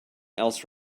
else